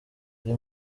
ari